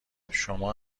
شما